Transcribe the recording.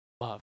love